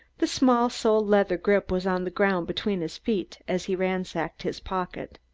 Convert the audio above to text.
the small sole-leather grip was on the ground between his feet as he ransacked his pocketbook.